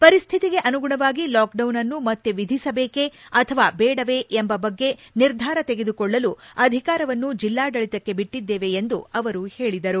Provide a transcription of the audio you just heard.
ಪರಿಸ್ಥಿತಿಗೆ ಅನುಗುಣವಾಗಿ ಲಾಕ್ಡೌನ್ ಅನ್ನು ಮತ್ತೆ ವಿಧಿಸಬೇಕೆ ಅಥವಾ ಬೇಡವೇ ಎಂಬ ಬಗ್ಗೆ ನಿರ್ಧಾರ ತೆಗೆದುಕೊಳ್ಳವ ಅಧಿಕಾರವನ್ನು ಜಿಲ್ಲಾ ಆಡಳಿತಕ್ಕೆ ಬಿಟ್ಟದ್ದೇನೆ ಎಂದು ಅವರು ಹೇಳಿದರು